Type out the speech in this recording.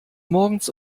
morgens